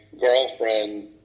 girlfriend